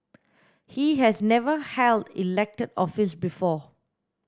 he has never held elected office before